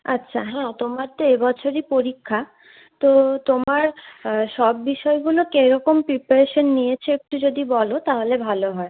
আচ্ছা হ্যাঁ তোমার তো এবছরই পরীক্ষা তো তোমার সব বিষয়গুলো কিরকম প্রিপারেশান নিয়েছো একটু যদি বলো তাহলে ভালো হয়